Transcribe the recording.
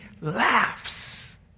laughs